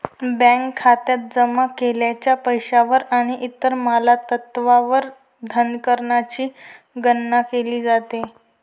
bank खात्यात जमा केलेल्या पैशावर आणि इतर मालमत्तांवर धनकरची गणना केली जाते